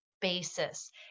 basis